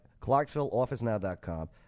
ClarksvilleOfficeNow.com